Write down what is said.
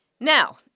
Now